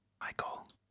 Michael